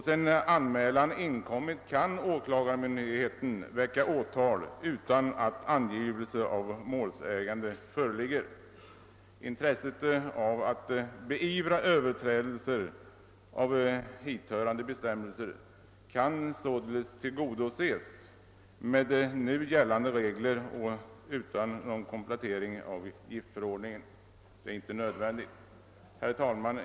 Sedan anmälan inkommit kan åklagarmyndigheten väcka åtal utan att angivelse av målsägande föreligger. Intresset av att beivra överträdelser av hithörande bestämmelser kan således tillgodoses med nu gällande regler och utan någon komplettering av giftförordningen. Det är alltså inte nödvändigt att göra en komplettering. Herr talman!